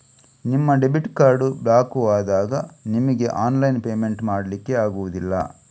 ನಿಮ್ಮ debit card block ಆದಾಗ ನಿಮಿಗೆ ಆನ್ಲೈನ್ ಪೇಮೆಂಟ್ ಮಾಡ್ಲಿಕ್ಕೆ ಆಗುದಿಲ್ಲ